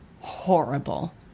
horrible